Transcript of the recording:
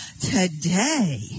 today